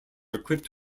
equipped